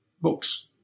books